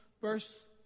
verse